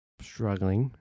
struggling